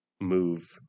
move